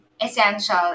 essential